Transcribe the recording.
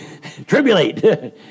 tribulate